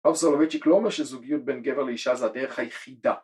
הרב סולובייצ'יק לא אומר שזוגיות בין גבר לאישה זה הדרך היחידה